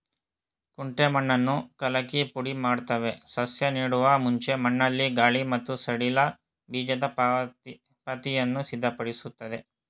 ಕುಂಟೆ ಮಣ್ಣನ್ನು ಕಲಕಿ ಪುಡಿಮಾಡ್ತವೆ ಸಸ್ಯ ನೆಡುವ ಮುಂಚೆ ಮಣ್ಣಲ್ಲಿ ಗಾಳಿ ಮತ್ತು ಸಡಿಲ ಬೀಜದ ಪಾತಿಯನ್ನು ಸಿದ್ಧಪಡಿಸ್ತದೆ